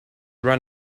run